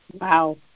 Wow